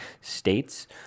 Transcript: states